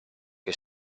che